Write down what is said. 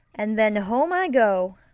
and then home i go!